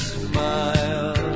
smile